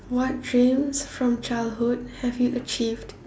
what dreams from childhood have you achieved